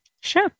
Sure